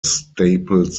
staples